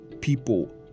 people